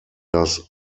das